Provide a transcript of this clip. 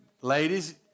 Ladies